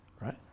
right